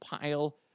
pile